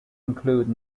include